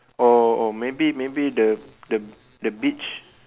or maybe maybe the the the beach